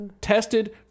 tested